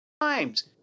times